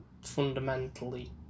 fundamentally